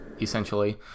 essentially